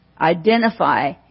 identify